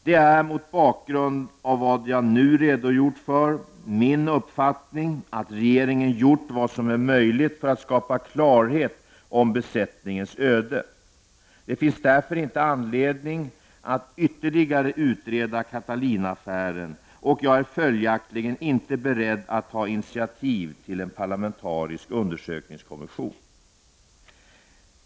Det är, mot bakgrund av vad jag nu redogjort för, min uppfattning att regeringen gjort vad som är möjligt för att skapa klarhet om besättningens öde. Det finns därför inte anledning att ytterligare utreda Catalinaaffären, och jag är följaktligen inte beredd att ta initiativ till en parlamentarisk undersökningskommission.